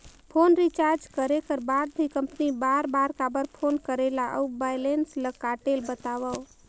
Phone recharge करे कर बाद भी कंपनी बार बार काबर फोन करेला और बैलेंस ल काटेल बतावव?